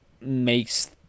makes